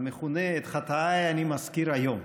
המכונה "את חטאַי אני מזכיר היום".